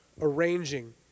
arranging